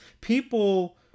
people